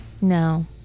No